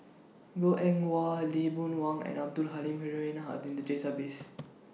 Goh Eng Wah Lee Boon Wang and Abdul Halim Haron Are in The Database